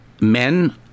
men